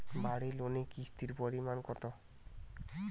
বাড়ি লোনে কিস্তির পরিমাণ কত?